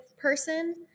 person